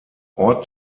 ort